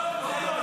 לא.